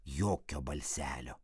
jokio balselio